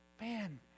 Man